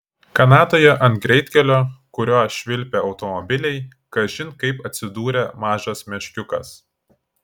kanadoje ant greitkelio kuriuo švilpė automobiliai kažin kaip atsidūrė mažas meškiukas